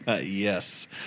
Yes